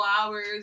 hours